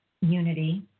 unity